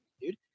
dude